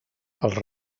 els